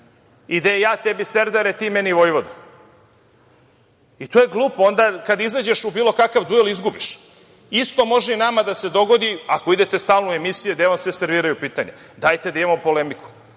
i gde ja temi serdare, ti meni vojvodo. To je glupo. Onda kada izađeš na bilo kakav duel izgubiš. Isto može nama da se dogodi ako idete stalno u emisije gde vam se serviraju pitanja. Dajte da imamo polemiku.